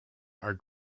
are